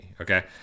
Okay